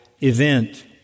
event